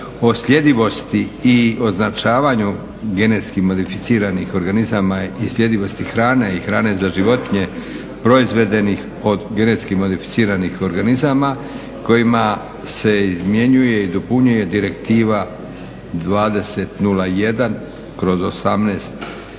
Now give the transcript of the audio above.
o sljedivosti i označavanju genetski modificiranih organizama i sljedivosti hrane i hrane za životinje proizvedenih od genetski modificiranih organizama kojom se izmjenjuje i dopunjuje Direktiva 2001/18/EZ,